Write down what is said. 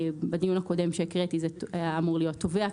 בדיון הקודם בו הקראתי זה היה אמור להיות תובע,